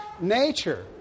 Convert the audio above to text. nature